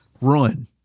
run